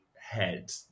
head